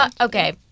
Okay